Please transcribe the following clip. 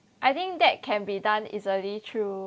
I think that can be done easily through